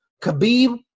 Khabib